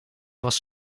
was